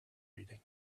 reading